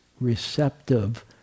receptive